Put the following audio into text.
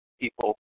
people